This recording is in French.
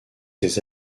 ses